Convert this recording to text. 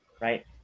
right